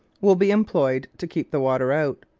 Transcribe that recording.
will be employed to keep the water out.